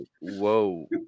Whoa